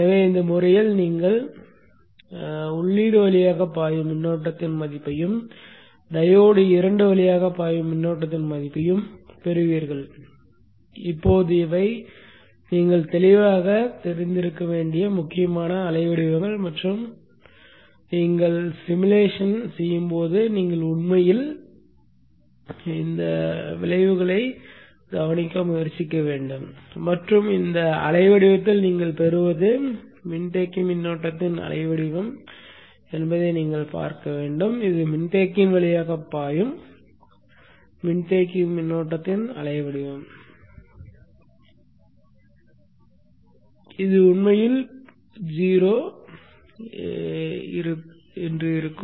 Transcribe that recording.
எனவே இந்த வழியில் நீங்கள் உள்ளீடு வழியாக பாயும் மின்னோட்டத்தின் மதிப்பையும் டையோடு 2 வழியாக பாயும் மின்னோட்டத்தின் மதிப்பையும் பெறுவீர்கள் இப்போது இவை நீங்கள் தெளிவாக இருக்க வேண்டிய முக்கியமான அலைவடிவங்கள் மற்றும் நீங்கள் உருவகப்படுத்துதலைச் செய்யும்போது நீங்கள் உண்மையில் உருவகப்படுத்துதலில் இந்த விளைவுகளைக் கவனிக்க முயற்சிக்க வேண்டும் மற்றும் இந்த அலைவடிவத்தில் நீங்கள் பெறுவது மின்தேக்கி மின்னோட்டத்தின் அலைவடிவம் என்பதை நீங்கள் பார்க்க வேண்டும் இது மின்தேக்கியின் வழியாக பாயும் மின்தேக்கி மின்னோட்டத்தின் அலைவடிவம் இது உண்மையில் 0 வரியாக இருக்கும்